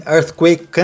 Earthquake